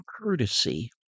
courtesy